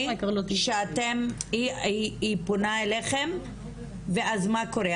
שהיא פונה אליכם ואז מה קורה?